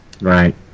right